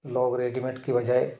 लोग रेडिमेड की बजाय